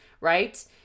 Right